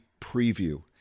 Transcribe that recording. preview